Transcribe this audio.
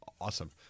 awesome